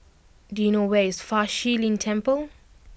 do you know where is Fa Shi Lin Temple